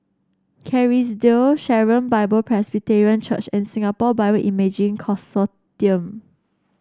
Kerrisdale Sharon Bible Presbyterian Church and Singapore Bioimaging Consortium